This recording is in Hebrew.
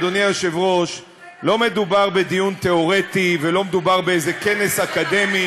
אדוני היושב-ראש: לא מדובר בדיון תיאורטי ולא מדובר באיזה כנס אקדמי